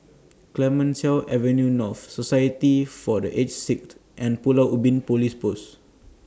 Clemenceau Avenue North Society For The Aged Sick and Pulau Ubin Police Post